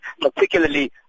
particularly